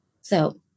So-